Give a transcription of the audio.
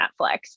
Netflix